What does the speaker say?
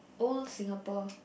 old Singapore